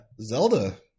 Zelda